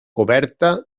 coberta